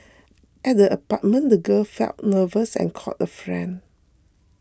at the apartment the girl felt nervous and called a friend